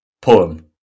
Poem